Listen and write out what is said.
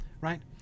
right